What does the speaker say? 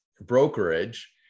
brokerage